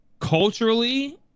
culturally